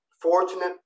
fortunate